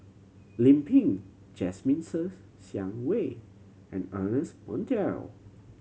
Lim Pin Jasmine Ser Xiang Wei and Ernest Monteiro